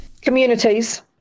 communities